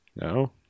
no